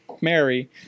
mary